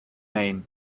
maine